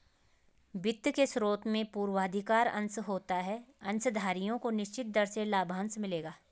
वित्त के स्रोत में पूर्वाधिकार अंश होता है अंशधारियों को निश्चित दर से लाभांश मिलेगा